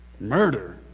Murder